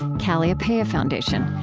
kalliopeia foundation,